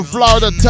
Florida